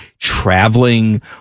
traveling